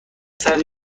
سری